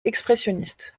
expressionniste